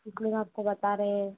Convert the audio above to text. इतना आपको बता रहे हैं